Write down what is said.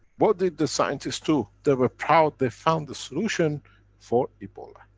what did the scientists do? they were proud they found the solution for ebola.